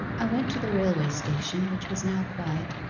i went to the railway-station, which was now quiet,